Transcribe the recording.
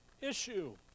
issue